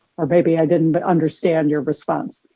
or maybe i didn't but understand your response.